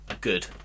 Good